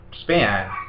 span